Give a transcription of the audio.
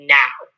now